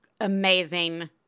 amazing